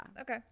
okay